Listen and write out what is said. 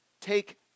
take